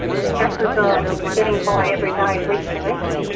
the stresses of getting by every day, week-to-week.